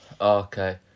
Okay